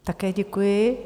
Také děkuji.